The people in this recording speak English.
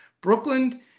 Brooklyn